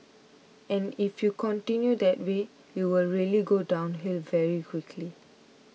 and if you continue that way you will really go downhill very quickly